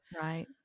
Right